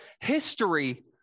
history